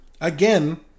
again